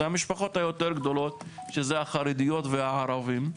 המשפחות היותר גדולות שזה החרדים והערבים.